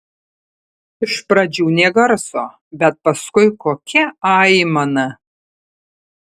iš pradžių nė garso bet paskui kokia aimana